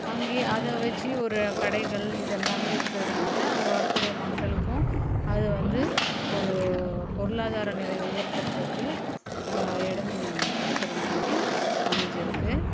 அங்கேயே அதை வச்சு ஒரு கடைகள் இது எல்லாமே இருக்கிறதுனால அங்கே வரக்கூடிய மக்களுக்கும் அது வந்து ஒரு பொருளாதார நிலை உயர்த்துகிறதுக்கு இடம் கொடுக்குற மாதிரி அமைஞ்சி இருக்குது